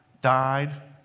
died